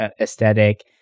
aesthetic